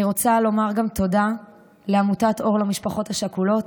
אני רוצה לומר גם תודה לעמותת אור למשפחות השכולות,